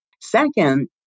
Second